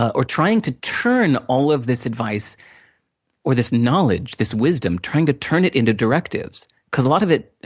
or trying to turn all of this advice or this knowledge, this wisdom, trying to turn it into directives. because a lot of it,